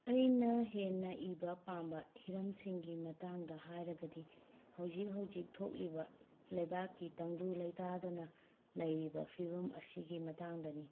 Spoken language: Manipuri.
ꯑꯩꯅ ꯍꯦꯟꯅ ꯏꯕ ꯄꯥꯝꯕ ꯍꯤꯔꯝꯁꯤꯡꯒꯤ ꯃꯇꯥꯡꯗ ꯍꯥꯏꯔꯒꯗꯤ ꯍꯧꯖꯤꯛ ꯍꯧꯖꯤꯛ ꯊꯣꯛꯂꯤꯕ ꯂꯩꯕꯥꯛꯀꯤ ꯇꯪꯗꯨ ꯂꯩꯇꯥꯗꯅ ꯂꯩꯔꯤꯕ ꯐꯤꯕꯝ ꯑꯁꯤꯒꯤ ꯃꯇꯥꯡꯗꯅꯤ